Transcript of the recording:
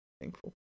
Thankful